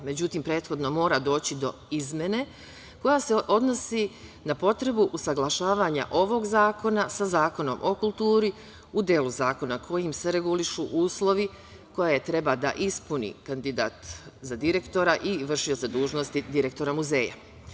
Međutim, prethodno mora doći do izmene koja se odnosi na potrebu usaglašavanja ovog zakona sa Zakonom o kulturi u delu zakona kojim se regulišu uslovi koje treba da ispuni kandidat za direktora i vršioca dužnosti direktora muzeja.